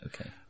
Okay